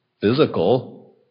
physical